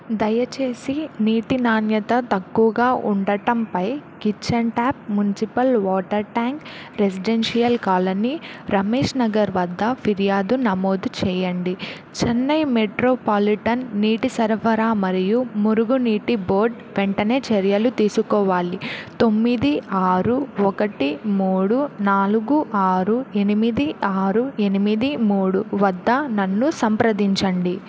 దయచేసి నీటి నాణ్యత తక్కువగా ఉండటంపై kitchen tap municipal water tank residential colony Ramesh Nagar వద్ద ఫిర్యాదు నమోదు చేయండి చెన్నై మెట్రోపాలిటన్ నీటి సరఫరా మరియు మురుగునీటి బోర్ద్ వెంటనే చర్యలు తీసుకోవాలి తొమ్మిది ఆరు ఒకటి మూడు నాలుగు ఆరు ఎనిమిది ఆరు ఎనిమిది మూడు వద్ద నన్ను సంప్రదించండి